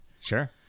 Sure